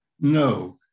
No